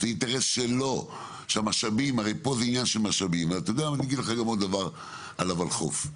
אני רוצה להגיד לך עוד דבר על הולחו"ף.